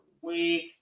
week